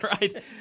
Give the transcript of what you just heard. right